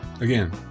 again